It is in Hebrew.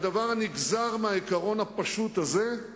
הדבר הנגזר מהעיקרון הפשוט הזה הוא